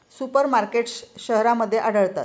super markets शहरांमध्ये आढळतात